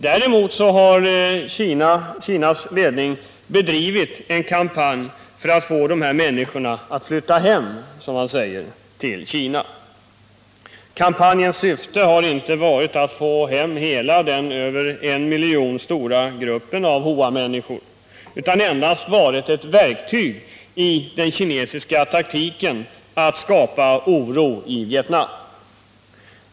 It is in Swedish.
Däremot har Kinas ledning bedrivit en kampanj för att få dessa människor att flytta ”hem” till Kina. Kampanjens syfte har inte varit att få hem hela den till över 1 miljon personer uppgående gruppen av Hoa utan endast varit ett verktyg i den kinesiska taktiken att skapa oro i Vietnam.